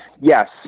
Yes